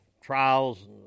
trials